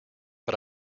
but